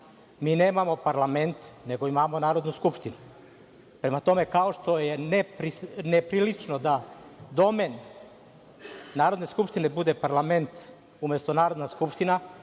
Mi nemamo parlament, nego imamo Narodnu skupštinu. Prema tome, kao što je neprilično da domen Narodne skupštine bude parlament, umesto Narodna skupština,